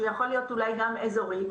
שאולי יכול להיות גם אזורי,